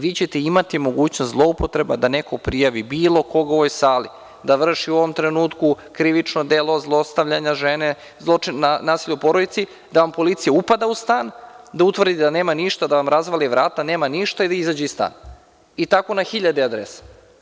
Vi ćete imati mogućnost zloupotreba da neko ko prijavi bilo koga u ovoj sali da vrši u ovom trenutku krivično delo zlostavljanja žene, nasilja u porodici, da vam policija upada u stan da utvrdi da nema ništa, da vam razvali vrata, nema ništa i da izađe iz stana i tako na hiljade adresa.